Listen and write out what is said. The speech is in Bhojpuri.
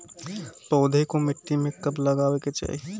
पौधे को मिट्टी में कब लगावे के चाही?